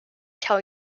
tell